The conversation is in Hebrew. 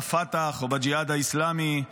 בפתח או בג'יהאד האסלאמי.